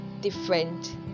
different